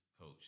coach